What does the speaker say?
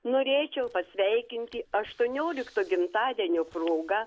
norėčiau pasveikinti aštuoniolikto gimtadienio proga